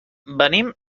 venim